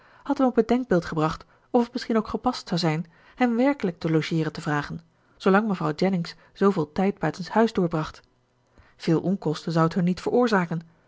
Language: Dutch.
hem op het denkbeeld gebracht of het misschien ook gepast zou zijn hen werkelijk te logeeren te vragen zoolang mevrouw jennings zooveel tijd buitenshuis doorbracht veel onkosten zou t hun niet veroorzaken